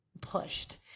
pushed